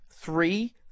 Three